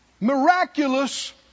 Miraculous